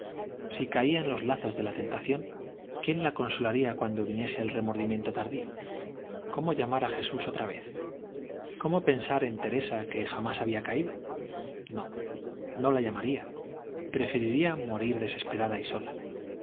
si caía en los lazos de la tentación quién la consolaría cuando viniese el remordimiento tardío cómo llamar a jesús otra vez cómo pensar en teresa que jamás había caído no no la llamaría preferiría morir desesperada y sola